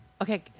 Okay